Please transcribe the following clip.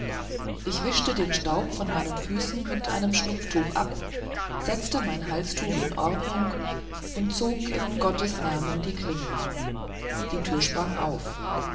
ich wischte den staub von meinen füßen mit meinem schnupftuch ab setzte mein halstuch in ordnung und zog in gottes namen die klingel die tür sprang auf